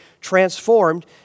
transformed